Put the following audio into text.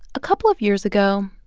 a couple of years ago,